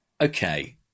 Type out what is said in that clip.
Okay